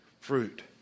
fruit